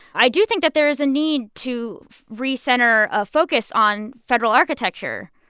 i do think that there is a need to recenter ah focus on federal architecture,